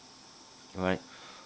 alright